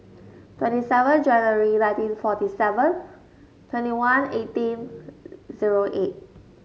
twenty seven January nineteen forty seven twenty one eighteen zero eight